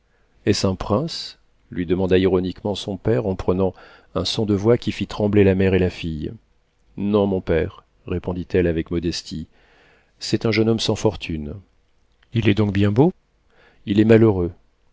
est-ce un prince lui demanda ironiquement son père en prenant un son de voix qui fit trembler la mère et la fille non mon père répondit-elle avec modestie c'est un jeune homme sans fortune il est donc bien beau il est malheureux